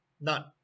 None